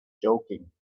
joking